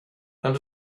and